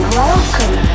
welcome